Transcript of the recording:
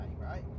right